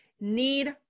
need